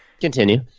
continue